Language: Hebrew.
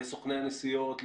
לסוכני הנסיעות,